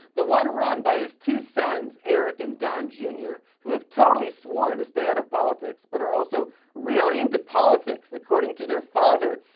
the one run by his two sons, eric and don jr. who have totally sworn to stay out of politics but are also really into politics, according to their father,